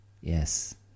yes